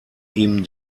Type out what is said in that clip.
ihm